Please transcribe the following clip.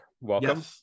welcome